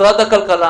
משרד האוצר,